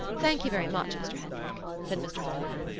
thank you very much, mr. hendrick, said mr. holohan,